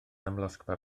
amlosgfa